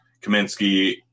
Kaminsky